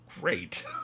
great